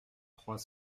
trois